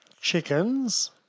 chickens